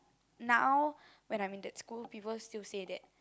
now when I'm in that school people still say that